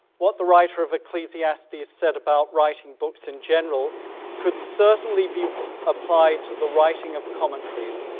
what the writer of ecclesiastes said about writing books in general could certainly be applied to the writing of commentaries,